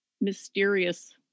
mysterious